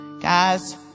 Guys